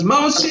אז מה עושים?